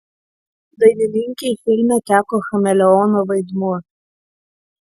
dainininkei filme teko chameleono vaidmuo